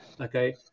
okay